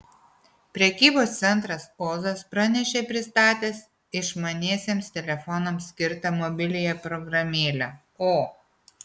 prekybos centras ozas pranešė pristatęs išmaniesiems telefonams skirtą mobiliąją programėlę o